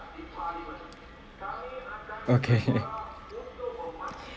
okay